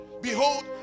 Behold